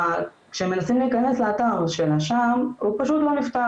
וכשמנסים להכנס לאתר של השע"ם הוא פשוט לא נפתח.